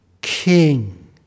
king